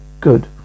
Good